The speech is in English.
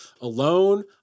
alone